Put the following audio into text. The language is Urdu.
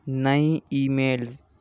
نئی ای میلز